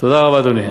תודה רבה, אדוני.